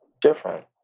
different